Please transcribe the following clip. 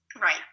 Right